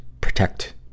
protect